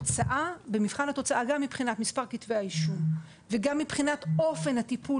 במבחן התוצאה גם מבחינת מספר כתבי האישום וגם מבחינת אופן הטיפול